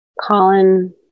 Colin